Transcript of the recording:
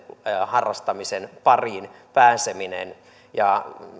harrastamisen pariin pääseminen